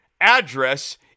address